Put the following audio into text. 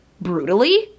brutally